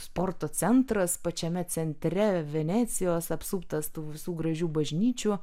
sporto centras pačiame centre venecijos apsuptas tų visų gražių bažnyčių